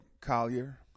Collier